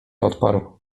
odparł